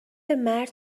مرد